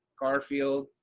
garfield,